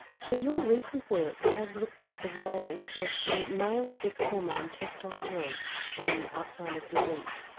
so your recent work has looked at the role of the male sex hormone testosterone on alzheimer's disease.